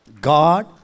God